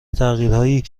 تغییرهایی